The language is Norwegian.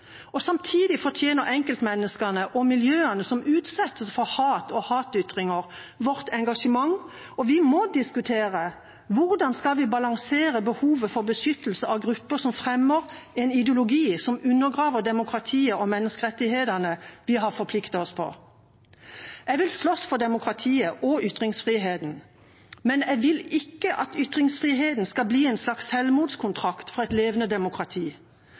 og samtidig fortjener enkeltmenneskene og miljøene som utsettes for hat og hatytringer, vårt engasjement. Vi må diskutere: Hvordan skal vi balansere behovet for beskyttelse av grupper som fremmer en ideologi som undergraver demokratiet og menneskerettighetene vi har forpliktet oss på? Jeg vil slåss for demokratiet og ytringsfriheten, men jeg vil ikke at ytringsfriheten skal bli en slags selvmordskontrakt for et levende demokrati.